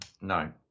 No